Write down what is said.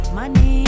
Money